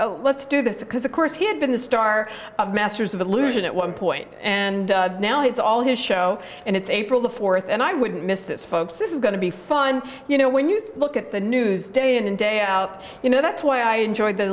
say let's do this because of course he had been the star of masters of illusion at one point and now it's all his show and it's april the fourth and i wouldn't miss this folks this is going to be fun you know when you look at the news day in and day out you know that's why i enjoyed the